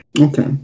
Okay